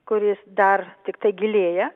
kuris dar tiktai gilėja